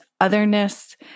otherness